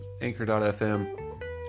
Anchor.fm